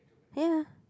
ya